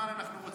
בסדר-היום של